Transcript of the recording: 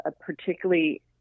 particularly